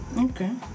okay